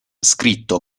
scritto